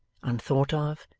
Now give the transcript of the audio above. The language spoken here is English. unthought of,